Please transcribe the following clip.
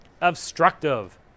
Obstructive